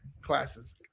classes